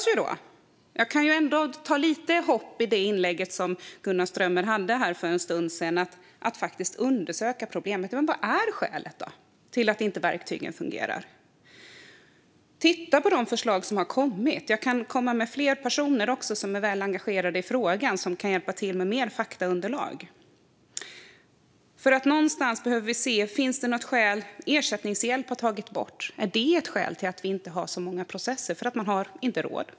Jag får ändå lite hopp av Gunnar Strömmers inlägg för en stund sedan om att faktiskt undersöka problemet. Vad är skälet till att verktygen inte fungerar? Man får titta på de förslag som har kommit. Jag kan också komma med förslag på fler personer som är engagerade i frågan och som kan hjälpa till med mer faktaunderlag. Vi behöver vi se om det finns ett skäl. Ersättningshjälp har tagits bort. Är det ett skäl till att det inte är så många processer, på grund av att man inte har råd?